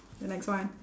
the next one